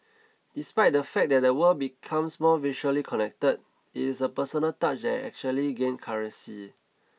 despite the fact that the world becomes more virtually connected it is the personal touch that actually gained currency